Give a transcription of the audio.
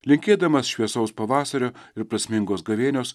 linkėdamas šviesaus pavasario ir prasmingos gavėnios